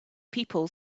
people